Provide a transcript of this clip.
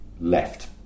left